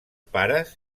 pares